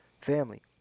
family